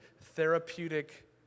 therapeutic